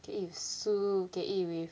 can eat with soup can eat with